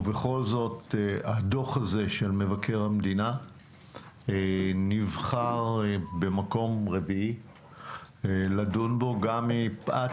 ובכל זאת הדוח הזה של מבקר המדינה נבחר במקום רביעי לדון בו גם מפאת